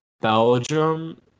Belgium